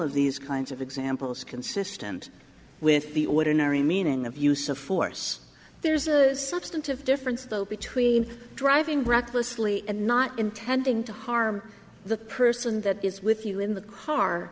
of these kinds of examples consistent with the ordinary meaning of use of force there's a substantive difference though between driving recklessly and not intending to harm the person that is with you in the car